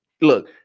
Look